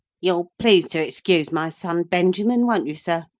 you'll please to excuse my son, benjamin, won't you, sir?